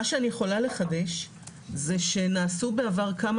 מה שאני יכולה לחדש זה שנעשו בעבר כמה